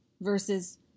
versus